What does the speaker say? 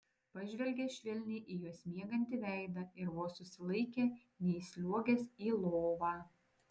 pažvelgė švelniai į jos miegantį veidą ir vos susilaikė neįsliuogęs į lovą